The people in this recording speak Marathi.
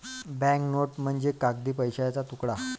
बँक नोट म्हणजे कागदी पैशाचा तुकडा